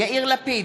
יאיר לפיד,